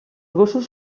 gossos